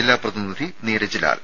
ജില്ലാ പ്രതിനിധി നീരജ് ലാൽ